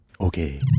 okay